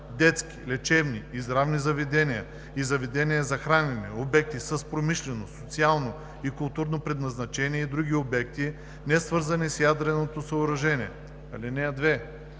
детски, лечебни и здравни заведения и заведения за хранене, обекти с промишлено, социално и културно предназначение и други обекти, несвързани с ядреното съоръжение. (2)